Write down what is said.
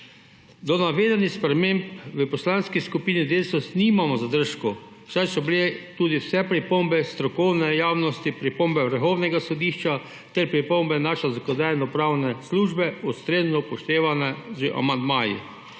Do navedenih sprememb v Poslanski skupini Desus nimamo zadržkov, saj so bile tudi vse pripombe strokovne javnosti, pripombe Vrhovnega sodišča ter pripombe naše Zakonodajno-pravne službe ustrezno upoštevane že z amandmaji,